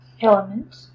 element